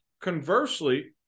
Conversely